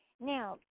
now